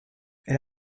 elle